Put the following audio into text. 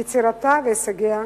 יצירתה והישגיה,